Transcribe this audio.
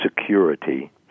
security